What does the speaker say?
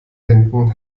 händen